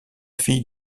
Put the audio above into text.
fille